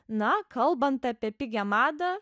na kalbant apie pigią madą